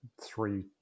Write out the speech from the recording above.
three